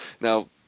now